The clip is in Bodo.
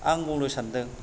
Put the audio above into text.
आं बुंनो सानदों